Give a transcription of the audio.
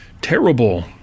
terrible